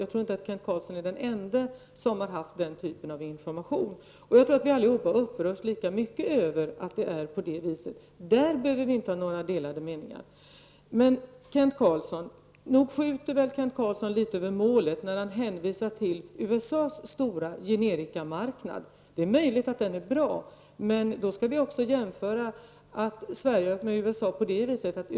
Kent Carlsson är nog inte den ende som har denna erfarenhet. Jag tror att vi alla upprörs lika mycket över att det är på det sättet. I detta sammanhang behöver vi inte ha några delade meningar. Men nog skjuter väl Kent Carlsson litet över målet när han hänvisar till USA:s stora generikamarknad. Det är möjligt att den är bra. Men då skall vi också göra en annan jämförelse mellan Sverige och USA.